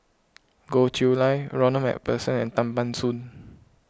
Goh Chiew Lye Ronald MacPherson and Tan Ban Soon